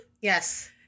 Yes